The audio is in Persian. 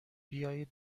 بیاید